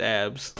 abs